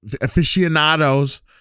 aficionados